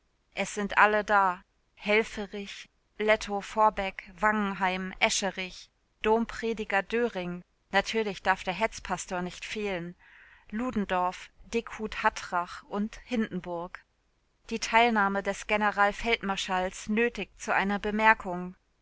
es sind alle da helfferich lettow-vorbeck wangenheim escherich domprediger döhring natürlich darf der hetzpastor nicht fehlen ludendorff dickhuth-hatrach und hindenburg die teilnahme des generalfeldmarschalls nötigt zu einer bemerkung